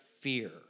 fear